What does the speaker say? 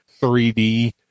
3D